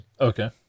Okay